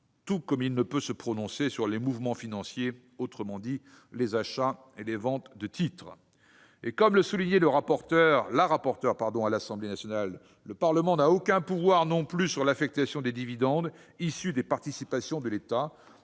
De même, il ne peut se prononcer sur les mouvements financiers, en d'autres termes les achats et les ventes de titres. Comme le soulignait la rapporteure à l'Assemblée nationale, le Parlement n'a aucun pouvoir non plus sur l'affectation des dividendes issus des participations de l'État,